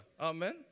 Amen